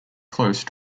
close